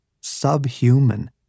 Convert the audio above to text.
subhuman